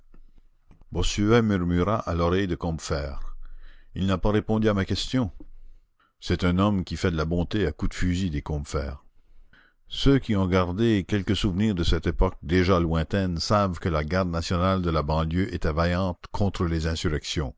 à l'oreille de combeferre il n'a pas répondu à ma question c'est un homme qui fait de la bonté à coups de fusil dit combeferre ceux qui ont gardé quelque souvenir de cette époque déjà lointaine savent que la garde nationale de la banlieue était vaillante contre les insurrections